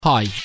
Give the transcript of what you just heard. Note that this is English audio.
Hi